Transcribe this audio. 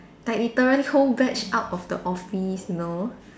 like literally whole batch out of the office you know